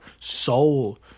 soul